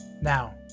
Now